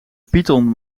python